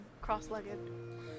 cross-legged